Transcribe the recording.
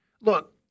Look